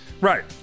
right